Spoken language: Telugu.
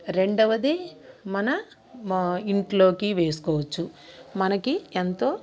రెండవది మన ఇంట్లోకి వేసుకోవచ్చు మనకి ఎంతో